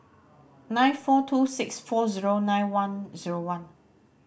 nine four two six four zero nine one zero one